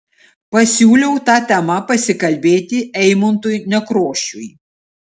pasiūliau ta tema pasikalbėti eimuntui nekrošiui